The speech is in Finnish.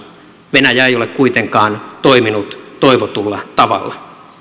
venäjä ei ole kuitenkaan toiminut toivotulla tavalla